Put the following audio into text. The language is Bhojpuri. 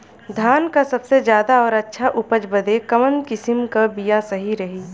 धान क सबसे ज्यादा और अच्छा उपज बदे कवन किसीम क बिया सही रही?